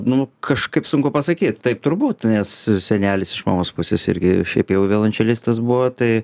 nu kažkaip sunku pasakyt taip turbūt nes senelis iš mamos pusės irgi šiaip jau violončelistas buvo tai